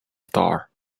star